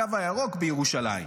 הקו הירוק בירושלים.